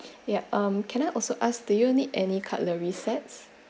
yup um can I also ask do you need any cutlery sets